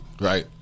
Right